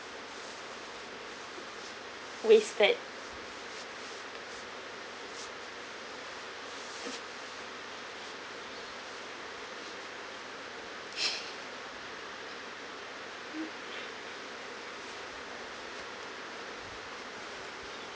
wasted